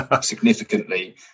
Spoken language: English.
significantly